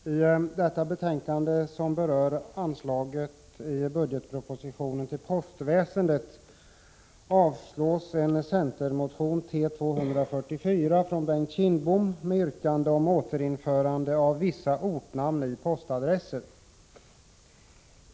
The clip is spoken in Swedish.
Herr talman! I detta betänkande, som berör anslaget i budgetpropositionen till postväsendet avstyrks en centerpartimotion, T244, av Bengt Kindbom med yrkande om återinförande av vissa ortnamn i postadresser.